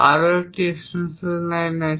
আরও একটি extension line আছে